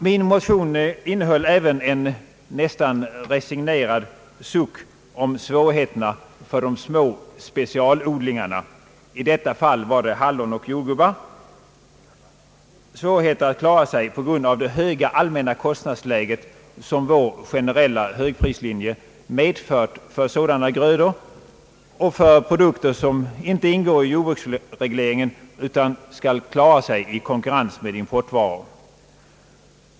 Min motion innehöll även en nästan resignerad suck över svårigheterna för de små specialodlingarna — i detta fall gällde det hallon och jordgubbar — att klara sig på grund av det höga allmänna kostnadsläge som vår generella högprislinje medfört för sådana grödor och för produkter som inte ingår i jordbruksregleringen utan som skall hävda sig i konkurrensen med importvaror.